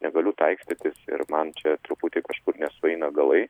negaliu taikstytis ir man čia truputį kažkur nesueina galai